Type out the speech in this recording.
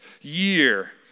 year